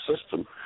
system